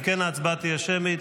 אם כן, ההצבעה תהיה שמית.